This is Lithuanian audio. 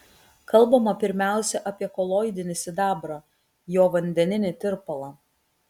kalbama pirmiausia apie koloidinį sidabrą jo vandeninį tirpalą